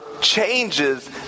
changes